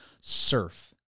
surf